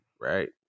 Right